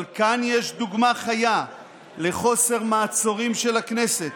אבל כאן יש דוגמה חיה לחוסר מעצורים של הכנסת